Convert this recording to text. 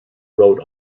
wrote